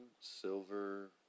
silver